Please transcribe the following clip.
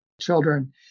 children